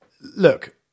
Look